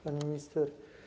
Pani Minister!